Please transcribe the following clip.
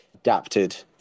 adapted